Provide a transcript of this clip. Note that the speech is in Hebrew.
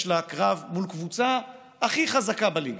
יש לה קרב מול הקבוצה הכי חזקה בליגה,